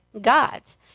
God's